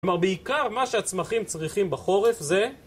כלומר בעיקר מה שהצמחים צריכים בחורף זה